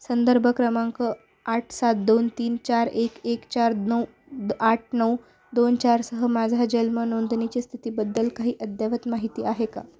संदर्भ क्रमांक आठ सात दोन तीन चार एक एक चार नऊ द आठ नऊ दोन चारसह माझा जन्म नोंदणीची स्थितीबद्दल काही अद्ययावत माहिती आहे का